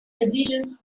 editions